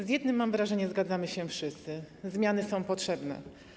Z jednym, mam wrażenie, zgadzamy się wszyscy: zmiany są potrzebne.